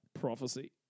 prophecy